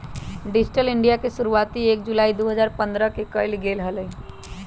digital India के शुरुआती एक जुलाई दु हजार पन्द्रह के कइल गैले हलय